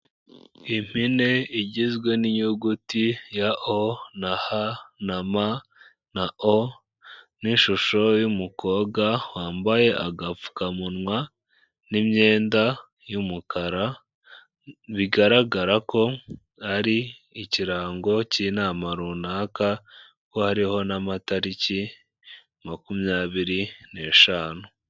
Impine igizwe n'inyuguti ya O na H na M na O n'ishusho y'umukobwa wambaye agapfukamunwa n'imyenda y'umukara, bigaragara ko ari ikirango cy'inama runaka kuko hariho n'amatariki makumyabiri n'eshanu.